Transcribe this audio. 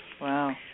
Wow